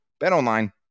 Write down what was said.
BetOnline